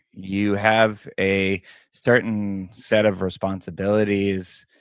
you have a certain set of responsibilities.